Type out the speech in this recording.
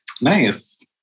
nice